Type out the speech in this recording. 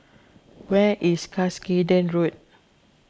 where is Cuscaden Road